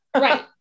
Right